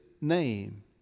name